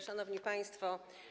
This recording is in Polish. Szanowni Państwo!